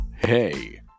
Hey